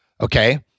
Okay